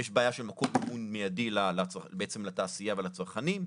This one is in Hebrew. יש בעיה של מקור מימון מידי בעצם לתעשייה ולצרכנים,